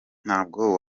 ntabwo